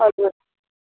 हजुर